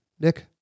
Nick